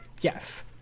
Yes